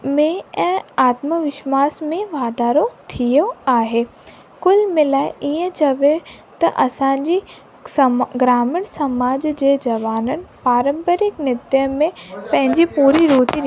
में ऐं आत्मविश्वास में वाधारो थियो आहे कुल मिलाए इअं चवे त असांजी समा ग्रामीण समाज जे जवाननि पारंपरिक नृत में पंहिंजी पूरी रूची